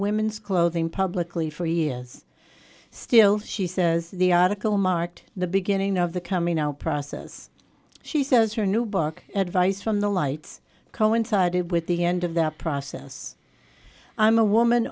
women's clothing publicly for years still she says the article marked the beginning of the coming out process she says her new book advice from the lights coincided with the end of the process i'm a woman